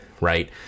right